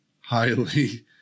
highly